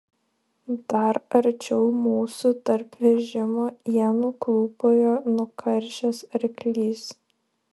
dar arčiau mūsų tarp vežimo ienų klūpojo nukaršęs arklys